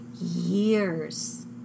years